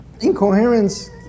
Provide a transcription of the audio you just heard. incoherence